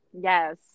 Yes